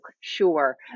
sure